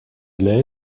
для